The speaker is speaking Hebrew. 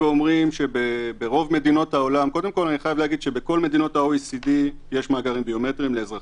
בכל מדינות ה-OECD יש מאגרים ביומטריים לאזרחים.